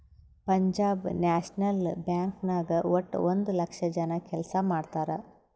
Punjab National Bank ನಾಗ್ ವಟ್ಟ ಒಂದ್ ಲಕ್ಷ ಜನ ಕೆಲ್ಸಾ ಮಾಡ್ತಾರ್